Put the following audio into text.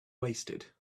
wasted